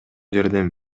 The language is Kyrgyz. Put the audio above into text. жерден